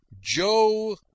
joe